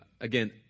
again